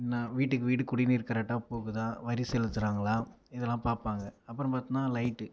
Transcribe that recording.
என்ன வீட்டுக்கு வீடு குடிநீர் கரெட்டாக போகுதா வரி செலுத்துகிறாங்களா இதெலாம் பார்ப்பாங்க அப்புறம் பார்த்தோன்னா லைட்டு